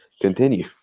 continue